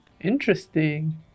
Interesting